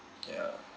ya